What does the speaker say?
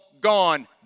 gone